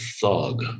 thug